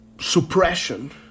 suppression